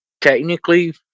Technically